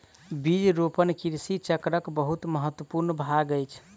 बीज रोपण कृषि चक्रक बहुत महत्वपूर्ण भाग अछि